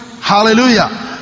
Hallelujah